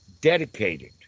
Dedicated